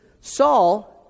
Saul